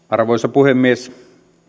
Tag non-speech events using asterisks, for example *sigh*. *unintelligible* arvoisa puhemies